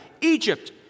Egypt